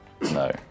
No